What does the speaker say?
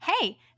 Hey